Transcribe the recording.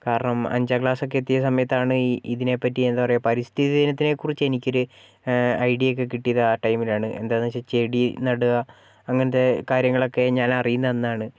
കാരണം അഞ്ചാം ക്ലാസ്സ് ഒക്കെ എത്തിയ സമയത്താണ് ഇ ഇതിനെ പറ്റി എന്താ പറയുക പരിസ്ഥിതി ദിനത്തിനെ കുറിച്ച് എനിക്കൊരു ഐഡിയ ഒക്കെ കിട്ടിയത് ആ ടൈമിലാണ് എന്താന്ന് വെച്ചാൽ ചെടി നടുക അങ്ങനത്തെ കാര്യങ്ങളൊക്കെ ഞാൻ അറിയുന്നത് അന്നാണ്